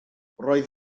roedd